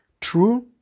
True